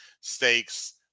stakes